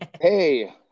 Hey